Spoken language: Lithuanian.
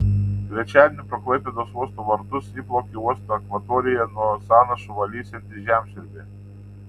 trečiadienį pro klaipėdos uosto vartus įplaukė uosto akvatoriją nuo sąnašų valysianti žemsiurbė